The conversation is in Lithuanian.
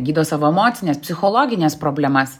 gydo savo emocines psichologines problemas